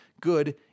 good